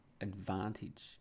advantage